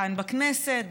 כאן בכנסת,